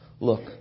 look